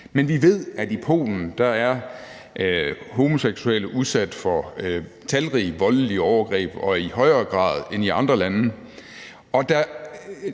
Men vi ved, at i Polen er homoseksuelle udsat for talrige voldelige overgreb – og i højere grad end i andre lande.